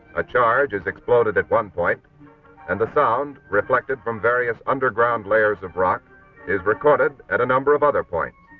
a charge has exploded at one point and the sound reflected from various underground layers of rock is recorded at a number of other points.